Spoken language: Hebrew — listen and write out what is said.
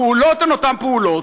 הפעולות הן אותן פעולות,